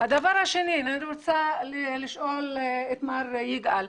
הדבר השני אני רוצה לשאול את יגאל: